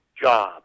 job